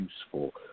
useful